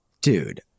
Dude